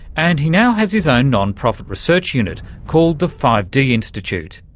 and he now has his own non-profit research unit called the five d institute.